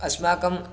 अस्माकं